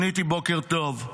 עניתי: בוקר טוב.